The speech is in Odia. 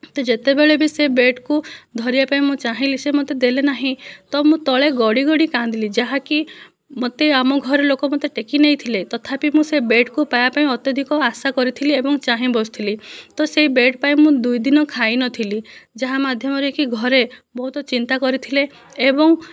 ତ ଯେତେବେଳେ ବି ସେ ବ୍ୟାଟକୁ ଧରବା ପାଇଁ ମୁଁ ଚାହିଁଲି ସେ ମୋତେ ଦେଲେ ନାହିଁ ତ ମୁଁ ତଳେ ଗଡ଼ି ଗଡ଼ି କାନ୍ଦିଲି ଯାହାକି ମୋତେ ଆମ ଘର ଲୋକ ମୋତେ ଟେକି ନେଇଥିଲେ ତଥାପି ମୁଁ ସେ ବ୍ୟାଟକୁ ପାଇବା ପାଇଁ ଅତ୍ୟଧିକ ଆଶା କରିଥିଲି ଏବଂ ଚାହିଁ ବସିଥିଲି ତ ସେହି ବ୍ୟାଟ ପାଇଁ ମୁଁ ଦୁଇ ଦିନ ଖାଇନଥିଲି ଯାହା ମାଧ୍ୟମରେ କି ଘରେ ବହୁତ ଚିନ୍ତା କରିଥିଲେ ଏବଂ